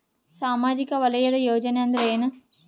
ಸಾಮಾಜಿಕ ವಲಯದ ಯೋಜನೆ ಅಂದ್ರ ಏನ?